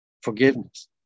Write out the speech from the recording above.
forgiveness